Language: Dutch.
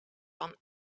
van